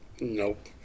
nope